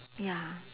ya